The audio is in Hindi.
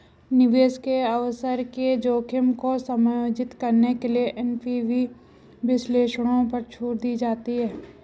निवेश के अवसर के जोखिम को समायोजित करने के लिए एन.पी.वी विश्लेषणों पर छूट दी जाती है